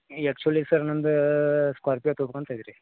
actually sir ನಂದು Scorpio ತೊಗೊಳ್ತ ಇದೀವಿ